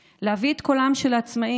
להביא את קולם של העצמאים,